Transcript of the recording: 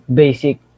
basic